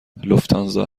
لوفتانزا